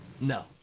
No